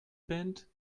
band